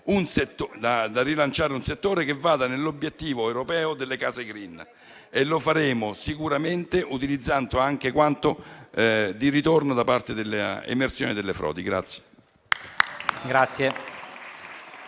da rilanciare un settore che raggiunge l'obiettivo europeo delle case *green*, e lo faremo sicuramente utilizzando anche quanto ci ritorna dall'emersione delle frodi.